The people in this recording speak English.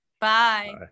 Bye